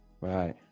Right